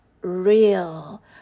real